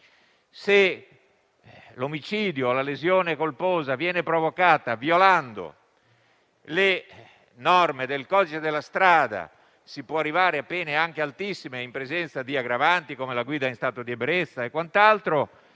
se l'omicidio o la lesione colposa viene provocata violando le norme del codice della strada si può arrivare a pene anche altissime in presenza di aggravanti come la guida in stato di ebbrezza, mentre